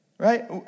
Right